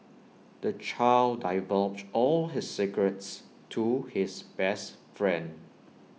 the child divulged all his secrets to his best friend